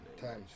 time's